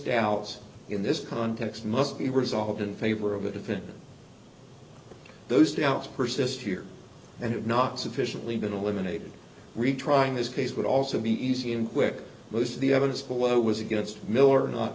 doubts in this context must be resolved in favor of the defendant those doubts persist here and have not sufficiently been eliminated retrying this case would also be easy and quick most of the evidence below was against miller not